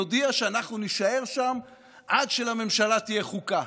נודיע שאנחנו נישאר שם עד שלממשלה תהיה חוקה,